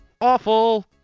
awful